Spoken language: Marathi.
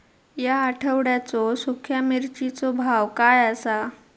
या आठवड्याचो सुख्या मिर्चीचो भाव काय आसा?